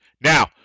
Now